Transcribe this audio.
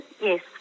Yes